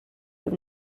have